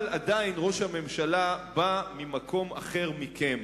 אבל עדיין ראש הממשלה בא ממקום אחר מכם.